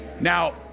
Now